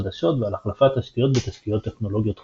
חדשות ועל החלפת תשתיות בתשתיות טכנולוגיות חדשות.